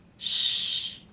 sh,